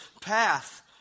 path